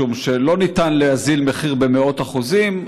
משום שלא ניתן להוזיל מחיר במאות אחוזים.